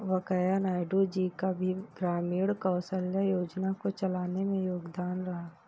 वैंकैया नायडू जी का भी ग्रामीण कौशल्या योजना को चलाने में योगदान रहा है